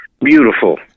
beautiful